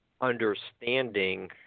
understanding